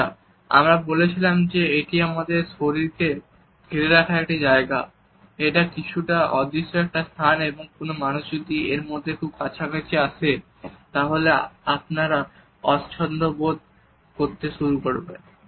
আচ্ছা আমরা বলেছিলাম যে এটি আমাদের শরীরকে ঘিরে থাকা একটি জায়গা এটা কিছুটা অদৃশ্য একটি স্থান এবং কোন মানুষ যদি এরমধ্যে খুব কাছাকাছি আসে তাহলে আপনারা অস্বচ্ছন্দ্যবোধ করতে শুরু করবেন